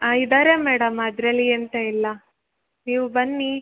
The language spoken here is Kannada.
ಹಾಂ ಇದ್ದಾರೆ ಮೇಡಮ್ ಅದರಲ್ಲಿ ಎಂಥ ಇಲ್ಲ ನೀವು ಬನ್ನಿ